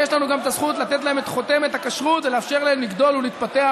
ויש לנו גם את הזכות לתת להם את חותמת הכשרות ולאפשר להם לגדול ולהתפתח.